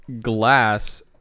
glass